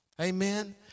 amen